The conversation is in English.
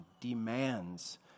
demands